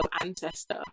ancestor